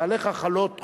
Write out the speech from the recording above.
ועליך חלות חובות.